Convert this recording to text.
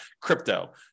crypto